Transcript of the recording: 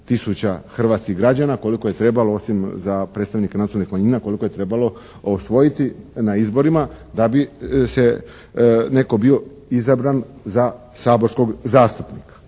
hrvatskih građana, koliko je trebalo osim za predstavnike nacionalnih manjina, koliko je trebalo osvojiti na izborima da bi se neko bio izabran za saborskog zastupnika.